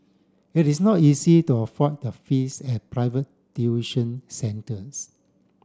it is not easy to afford the fees at private tuition centres